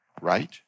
right